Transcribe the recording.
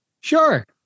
Sure